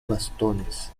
bastones